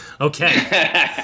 Okay